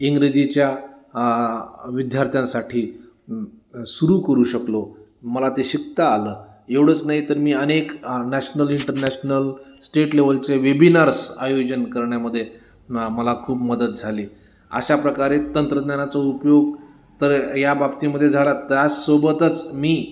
इंग्रजीच्या विद्यार्थ्यांसाठी सुरू करू शकलो मला ते शिकता आलं एवढंच नाही तर मी अनेक नॅशनल इंटरनॅशनल स्टेट लेवलचे वेबिनर्स आयोजन करण्यामध्ये मला खूप मदत झाली अशा प्रकारे तंत्रज्ञानाचा उपयोग तर या बाबतीमध्ये झाला त्यासोबतच मी